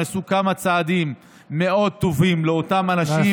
נעשו כמה צעדים מאוד טובים לאותם אנשים.